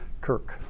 Kirk